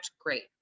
great